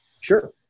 Sure